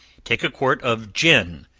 take a quart of gin,